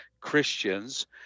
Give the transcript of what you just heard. christian's